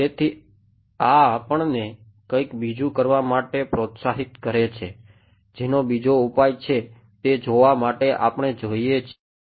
તેથી આ આપણને કંઈક બીજું કરવા માટે પ્રોત્સાહિત કરે છે જેનો બીજો ઉપાય છે તે જોવા માટે આપણે જોઈએ છે